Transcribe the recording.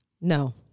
no